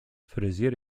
fryzjer